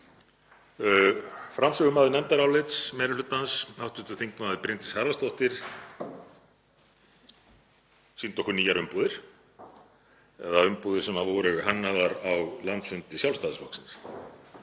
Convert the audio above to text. Framsögumaður nefndarálits meiri hlutans, hv. þm. Bryndís Haraldsdóttir, sýndi okkur nýjar umbúðir eða umbúðir sem voru hannaðar á landsfundi Sjálfstæðisflokksins